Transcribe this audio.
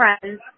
friends